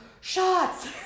shots